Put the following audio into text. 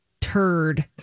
turd